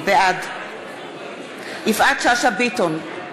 בעד יפעת שאשא ביטון,